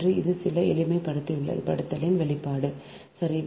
எனவே இது சில எளிமைப்படுத்தலின் வெளிப்பாடு சரி